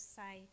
say